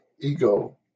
ego